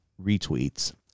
retweets